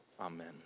Amen